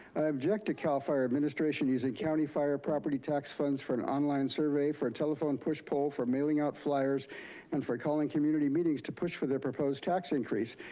i object to cal fire administration using county fire property tax funds for an online for survey, for a telephone push pool, for mailing out flyers and for calling community meetings to push for their proposed tax increase.